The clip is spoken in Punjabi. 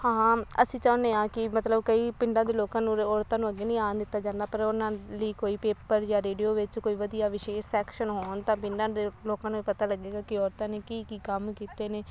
ਹਾਂ ਅਸੀਂ ਚਾਹੁੰਦੇ ਹਾਂ ਕਿ ਮਤਲਬ ਕਈ ਪਿੰਡਾਂ ਦੇ ਲੋਕਾਂ ਨੂੰ ਔਰਤਾਂ ਨੂੰ ਅੱਗੇ ਨਹੀਂ ਆਉਣ ਦਿੱਤਾ ਜਾਂਦਾ ਪਰ ਉਨ੍ਹਾਂ ਲਈ ਕੋਈ ਪੇਪਰ ਜਾਂ ਰੇਡੀਓ ਵਿੱਚ ਕੋਈ ਵਧੀਆ ਵਿਸ਼ੇਸ਼ ਸੈਕਸ਼ਨ ਹੋਣ ਤਾਂ ਪਿੰਡਾਂ ਦੇ ਲੋਕਾਂ ਨੂੰ ਵੀ ਪਤਾ ਲੱਗੇਗਾ ਕਿ ਔਰਤਾਂ ਨੇ ਕੀ ਕੀ ਕੰਮ ਕੀਤੇ ਨੇ